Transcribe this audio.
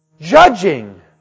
judging